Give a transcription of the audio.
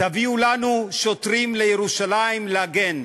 תביאו לנו שוטרים לירושלים, להגן.